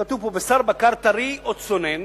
כתוב פה: בשר בקר, טרי או צונן,